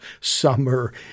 summer